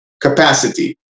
capacity